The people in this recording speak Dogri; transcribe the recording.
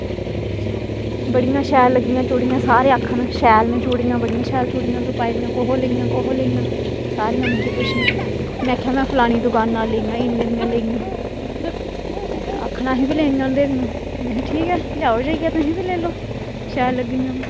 बडियां शैल लग्गियां चूड़ियां सारे आक्खन शैल ना चूड़ियां बड़ियां शैल चूड़ियां तू पाई दियां कुत्थूं लेइयां सारियां मिकी पुच्छन मे आखेआ में फलानी दकान उपरा लेइयां इन्ने दियां लेइया ते आक्खन असें बी लैनियां में आखेआ ठीक ऐ लैओ जेइये तुस बी लेई लैओ शैल लब्भी गेइयां ते